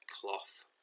cloth